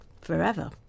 forever